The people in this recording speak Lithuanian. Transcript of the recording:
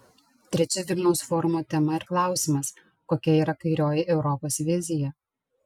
trečia vilniaus forumo tema ir klausimas kokia yra kairioji europos vizija